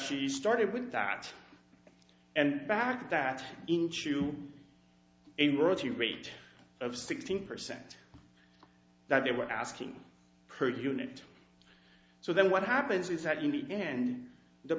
she started with that and backed that into a royalty rate of sixteen percent that they were asking per unit so then what happens is that in the end the